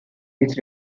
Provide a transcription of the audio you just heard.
this